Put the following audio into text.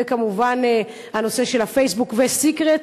וכמובן הנושא של הפייסבוק ו"סיקרט".